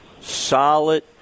solid